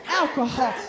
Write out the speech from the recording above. alcohol